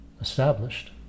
established